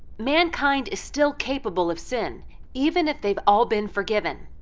mankind is still capable of sin even if they've all been forgiven.